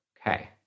Okay